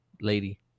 lady